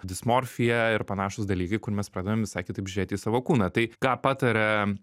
dismorfija ir panašūs dalykai kur mes pradedam visai kitaip žiūrėti į savo kūną tai ką pataria